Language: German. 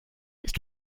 ist